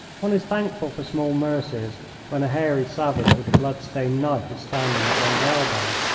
one is thankful for small mercies when a hairy savage with a blood-stained knife is standing at one's elbow.